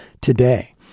today